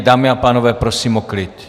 Dámy a pánové, prosím o klid.